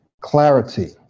clarity